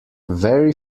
very